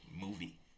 movie